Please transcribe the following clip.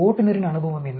ஓட்டுநரின் அனுபவம் என்ன